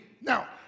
Now